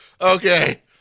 Okay